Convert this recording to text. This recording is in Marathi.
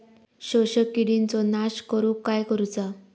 शोषक किडींचो नाश करूक काय करुचा?